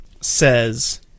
says